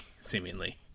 seemingly